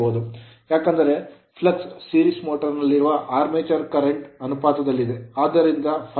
ಏಕೆಂದರೆ flux flux series motor ಸರಣಿ motor ನಲ್ಲಿರುವ armature current ಆರ್ಮೇಚರ್ ಕರೆಂಟ್ ಅನುಪಾತದಲ್ಲಿದೆ ಆದ್ದರಿಂದ ∅1∅2 I1I2